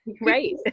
Right